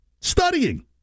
studying